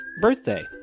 birthday